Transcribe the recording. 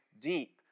deep